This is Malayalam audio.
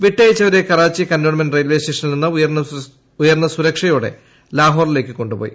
വിട്ടയച്ചവരെ കറാച്ചി കന്റോൺമെന്റ് റെയിൽവേ സ്റ്റേഷനിൽ നിന്ന് ഉയർന്ന സുരക്ഷയോടെ ലാഹോറിലേക്ക് കൊണ്ടുപോയി